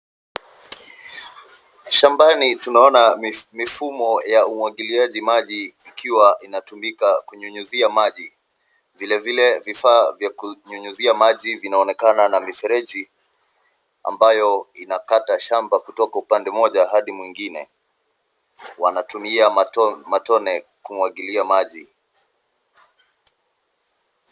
Shambani tunaona mifumo ya umwagiliaji maji ikiwa inatumika kunyunyizia maji. Vile vile vifaa vya kunyunyuzia maji vinaonekana na mifereji ambayo inakata shamba kutoka upande moja hadi mwingine. Wanatumia matone kumwagilia maji.